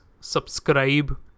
subscribe